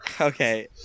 okay